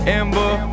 ember